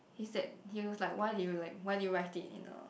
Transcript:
he said he was like why did you like why did you write it in a